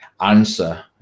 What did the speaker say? answer